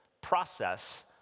process